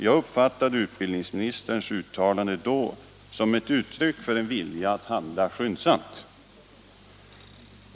Jag uppfattade utbildningsministerns uttalande då som ett uttryck för en vilja att handla skyndsamt.